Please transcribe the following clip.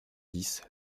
dix